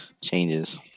changes